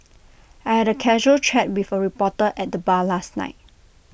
I had A casual chat with A reporter at the bar last night